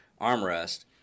Armrest